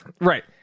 right